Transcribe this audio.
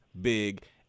big